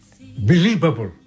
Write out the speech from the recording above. believable